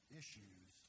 issues